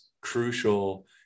crucial